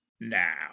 now